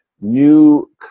new